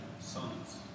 Sons